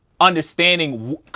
understanding